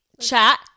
chat